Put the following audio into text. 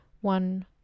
one